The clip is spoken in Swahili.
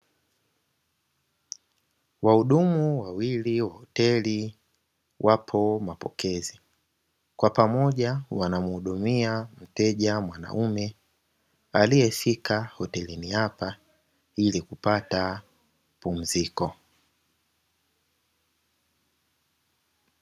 Wahudumu wawili wa hoteli wapo mapokezi, kwa pamoja wanamhudumia mteja mwanaume aliyefikia hotelini hapa ili kupata pumziko.